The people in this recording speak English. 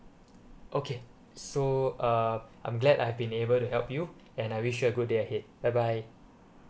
okay so uh I'm glad I've been able to help you and I wish you a good day ahead bye bye